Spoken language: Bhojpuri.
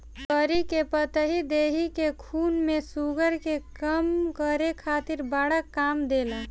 करी के पतइ देहि के खून में शुगर के कम करे खातिर बड़ा काम देला